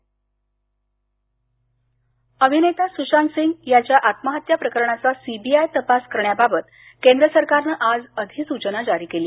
सुशात सिंग अभिनेता सुशांत सिंग याच्या आत्महत्या प्रकरणाचा सीबीआय तपास करण्याबाबत केंद्र सरकारनं आज अधिसूचना जारी केली